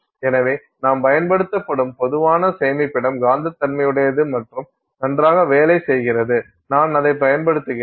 எனவே நாம் பயன்படுத்தும் பொதுவான சேமிப்பிடம் காந்த தன்மையுடையது மற்றும் நன்றாக வேலை செய்கிறது நான் அதைப் பயன்படுத்துகிறேன்